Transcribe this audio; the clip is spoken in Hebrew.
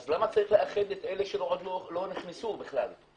אז למה צריך לאחד את אלה שלא נכנסו בכלל?